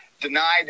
Denied